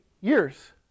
years